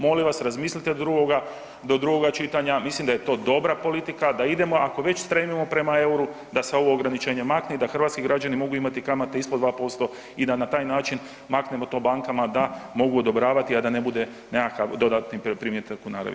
Molim vas razmislite do drugoga čitanja, mislim da je to dobra politika da idemo, ako već stremimo prema euru da se ova ograničenja maknu i da hrvatski građani mogu imati kamate ispod 2% i da na taj način maknemo to bankama da mogu odobravati, a da ne bude nekakav dodatak primitak u naravi.